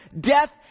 death